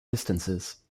distances